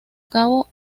cabo